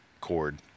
cord